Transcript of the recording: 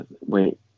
wait